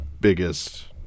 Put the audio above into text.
biggest